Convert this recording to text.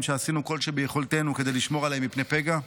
שעשינו כל שביכולתנו כדי לשמור עליהם מפני פגע?